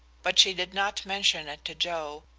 but she did not mention it to joe,